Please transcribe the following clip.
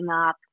up